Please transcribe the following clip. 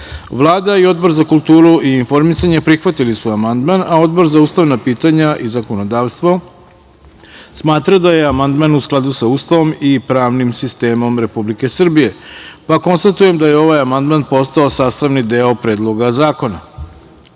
Kiš. Vlada i Odbor za kulturu i informisanje prihvatili su amandman, a Odbor za ustavna pitanja i zakonodavstvo smatraju da je amandman u skladu sa Ustavom i pravnim sistemom Republike Srbije. Konstatujem da je ovaj amandman postao sastavni deo Predloga zakona. Pošto